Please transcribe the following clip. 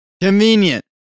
Convenient